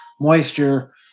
moisture